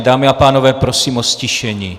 Dámy a pánové, prosím o ztišení.